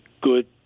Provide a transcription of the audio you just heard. good